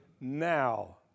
now